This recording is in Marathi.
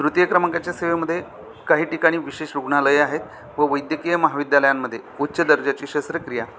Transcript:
तृतीय क्रमांकाच्या सेवेमध्ये काही ठिकाणी विशेष रुग्णालयं आहेत व वैद्यकीय महाविद्यालयांमध्ये उच्च दर्जाची शस्त्रक्रिया